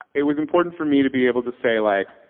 it was important for me to be able to say, like,